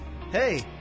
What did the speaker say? Hey